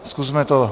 Zkusme to.